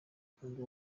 gukunda